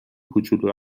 کوچولو